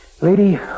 Lady